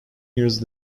years